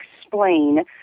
explain